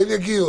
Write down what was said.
כן יגיעו.